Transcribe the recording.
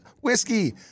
Whiskey